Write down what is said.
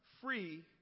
free